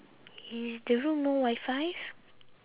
is the room no WiFi